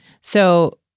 So-